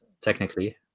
technically